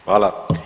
Hvala.